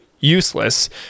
useless